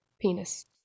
penis